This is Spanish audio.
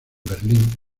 berlin